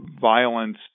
violence